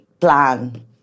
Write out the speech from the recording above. plan